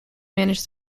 manage